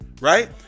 Right